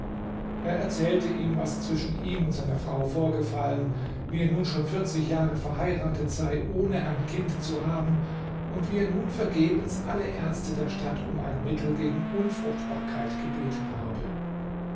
er erzählte ihm was zwischen ihm und seiner frau vorgefallen wie er nun schon vierzig jahre verheiratet sei ohne ein kind zu haben und wie er nun vergebens alle ärzte der stadt um ein mittel gegen unfruchtbarkeit gebeten habe